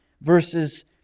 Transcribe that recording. Verses